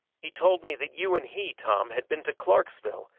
he told me that you and he, tom, had been to clarksville,